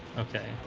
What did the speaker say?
okay.